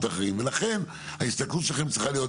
האחרים ולכן ההסתכלות שלכם צריכה להיות